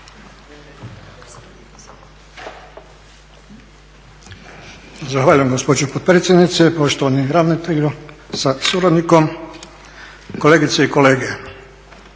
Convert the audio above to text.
Zahvaljujem gospođo potpredsjednice, poštovani ravnatelju sa suradnikom, kolegice i kolege.